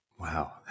Wow